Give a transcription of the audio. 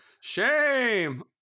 shame